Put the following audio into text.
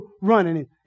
running